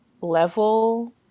level